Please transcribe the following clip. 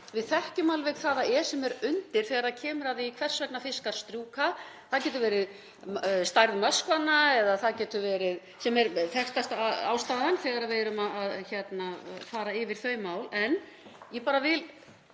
Við þekkjum alveg hvað það er sem er undir þegar kemur að því hvers vegna fiskar strjúka. Það getur verið stærð möskvanna sem er þekktasta ástæðan þegar við erum að fara yfir þau mál.